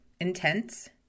intense